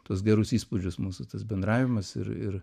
tuos gerus įspūdžius mūsų tas bendravimas ir ir